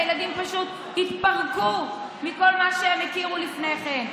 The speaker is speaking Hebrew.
כי הילדים פשוט התפרקו מכל מה שהם הכירו לפני כן.